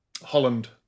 Holland